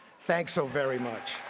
thanks so very much.